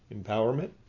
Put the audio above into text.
empowerment